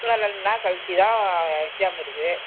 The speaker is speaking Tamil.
இன்னும் ரெண்டு நாள் கழித்து தான் எக்ஜாம் வருது